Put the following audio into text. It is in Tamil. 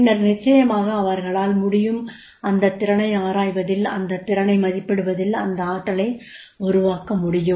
பின்னர் நிச்சயமாக அவர்களால் முடியும் அந்த திறனை ஆராய்வதில் அந்த திறனை மதிப்பிடுவதில் அந்த ஆற்றலை உருவாக்க முடியும்